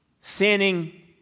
Sinning